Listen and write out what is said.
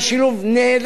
של המשפט הזה.